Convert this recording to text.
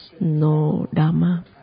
no-dharma